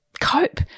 cope